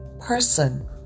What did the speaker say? person